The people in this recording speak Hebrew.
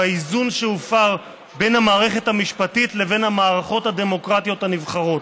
באיזון שהופר בין המערכת המשפטית לבין המערכות הדמוקרטיות הנבחרות,